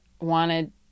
wanted